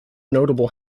notable